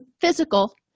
physical